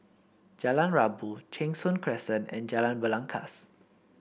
Jalan Rabu Cheng Soon Crescent and Jalan Belangkas